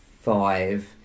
five